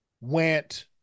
went